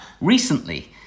recently